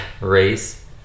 race